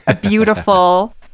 beautiful